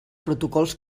protocols